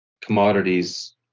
commodities